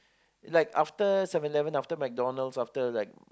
like after Seven Eleven after McDonalds after like